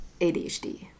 ADHD